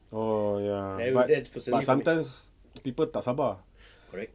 oh ya but but sometimes people tak sabar